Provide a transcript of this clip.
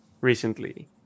recently